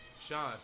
Sean